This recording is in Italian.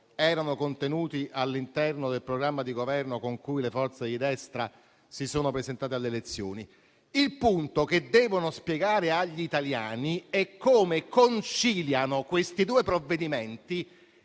erano contenuti all'interno del programma di Governo con cui le forze di destra si sono presentate alle elezioni. Il punto che devono spiegare agli italiani è come conciliano questi due provvedimenti,